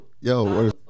Yo